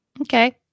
Okay